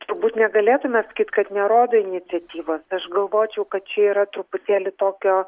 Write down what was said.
turbūt negalėtume sakyt kad nerodo iniciatyvos aš galvočiau kad čia yra truputėlį tokio